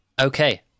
Okay